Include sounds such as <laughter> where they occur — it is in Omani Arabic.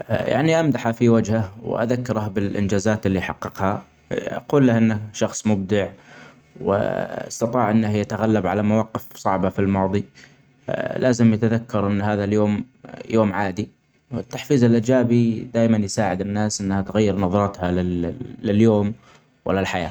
يا يعني أمدحه في وجهة وأذكرة بالإنجازات اللي حققها. أقول له أنه شخص مبدع و <hesitation> أستطاع أنه يتغلب علي مواقف صعبة في الماضي <hesitation> لازم يتذكر أن هدا اليوم يوم عادي التحفيز الايجابي دايما يساعد الناس أنها تغير نظرتها لليوم وللحياة.